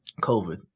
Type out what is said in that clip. COVID